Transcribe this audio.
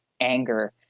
anger